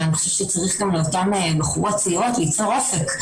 ואני חושבת שצריך לאותן בחורות צעירות ליצור אופק,